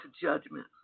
judgment